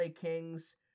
Kings